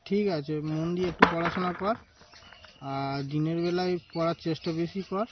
ঠিক আছে মন দিয়ে একটু পড়াশোনা কর আর দিনের বেলায় পড়ার চেষ্টা বেশি কর